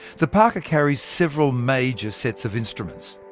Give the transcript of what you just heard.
the parker carries several major sets of instruments.